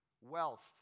wealth